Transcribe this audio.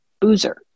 boozer